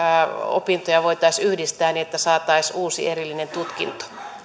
opintoja voitaisiin yhdistää niin että saataisiin uusi erillinen tutkinto